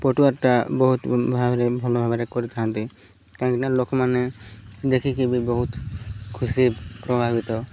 ପଟୁଆାର୍ଟା ବହୁତ ଭାବରେ ଭଲ ଭାବରେ କରିଥାନ୍ତି କାହିଁକିନା ଲୋକମାନେ ଦେଖିକି ବି ବହୁତ ଖୁସି ପ୍ରଭାବିତ